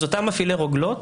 אותם מפעילי רוגלות,